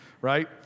right